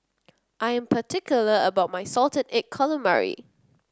I am particular about my Salted Egg Calamari